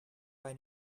bei